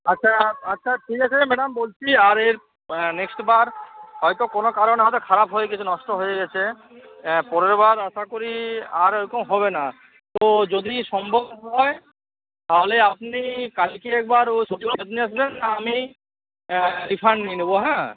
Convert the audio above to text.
আচ্ছা আচ্ছা ঠিক আছে ম্যাডাম বলছি আর এর নেক্সটবার হয়তো কোনও কারণে হয়তো খারাপ হয়ে গেছে নষ্ট হয়ে গেছে পরেরবার আশা করি আর এরকম হবে না তো যদি সম্ভব হয় তাহলে আপনি কালকে একবার ও সবজিগুলো নিয়ে আসবেন আমি রিফান্ড নিয়ে নেবো হ্যাঁ